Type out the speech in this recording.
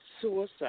suicide